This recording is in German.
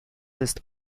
ist